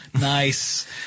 Nice